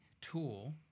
tool